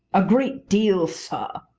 a great deal, sir.